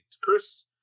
Chris